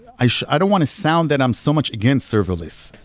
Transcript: i i don't want to sound that i'm so much against serverless,